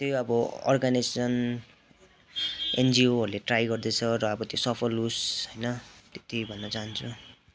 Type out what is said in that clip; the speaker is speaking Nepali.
त्यही हो अब अर्गनाइजेसन एनजिओहरूले ट्राई गर्दैछ र अब त्यो सफल होस् होइन त्यति भन्न चहान्छु